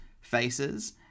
faces